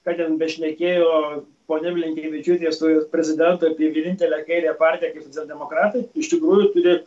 ką ten bešnekėjo ponia blinkevičiūtė su prezidentu vienintelę kairę partiją kaip socialdemokratai iš tikrųjų turi